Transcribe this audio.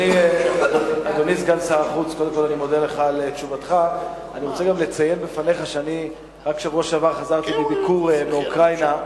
לצערנו אנחנו רואים שזה קיים לא רק באוקראינה.